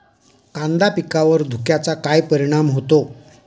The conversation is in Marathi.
कांदा पिकावर धुक्याचा काय परिणाम होतो?